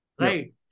right